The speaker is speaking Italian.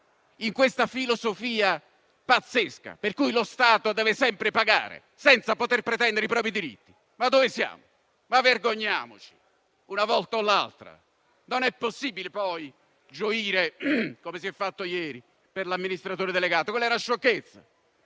nella filosofia pazzesca per cui lo Stato deve sempre pagare senza poter pretendere i propri diritti. Ma dove siamo? Ma vergogniamoci una volta tanto. Non è possibile gioire - come si è fatto ieri - per la questione di un amministratore delegato: quella è una sciocchezza,